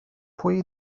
pwy